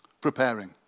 preparing